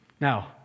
Now